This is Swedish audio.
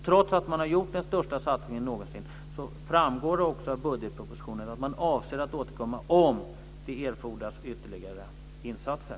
Trots att man har gjort den största satsningen någonsin framgår det av budgetpropositionen att man avser att återkomma om det erfordras ytterligare insatser.